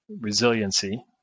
resiliency